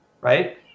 right